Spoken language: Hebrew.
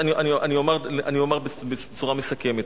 אני אומר בצורה מסכמת: